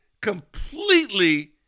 completely